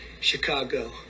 Chicago